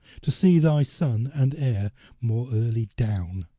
to see thy son and heir more early down.